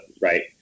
right